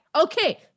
okay